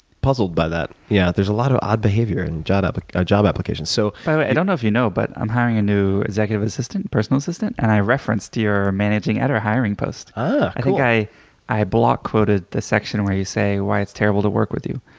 puzzled by that. yeah, there's a lot of odd behavior in job but ah job applications. so by the way, i don't know if you know but i'm hiring a new executive assistant, personal assistant and i referenced your managing editor hiring post. i think i i block quoted the section where you say why it's terrible to work with you.